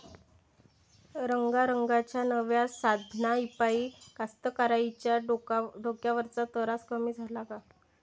रंगारंगाच्या नव्या साधनाइपाई कास्तकाराइच्या डोक्यावरचा तरास कमी झाला का?